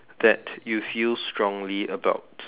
that you feel strongly about